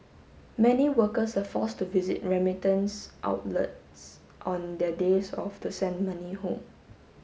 many workers are forced to visit remittance outlets on their days off to send money home